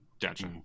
Gotcha